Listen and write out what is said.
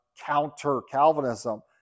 counter-Calvinism